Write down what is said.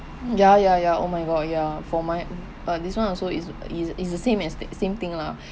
ya ya ya oh my god ya for my uh this one also is is is the same as th~ same thing lah